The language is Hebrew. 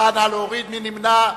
מי נמנע?